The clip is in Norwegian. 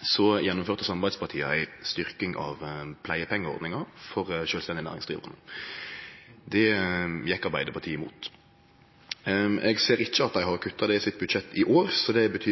så det betyr